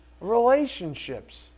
relationships